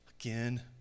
again